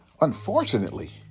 unfortunately